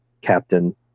captain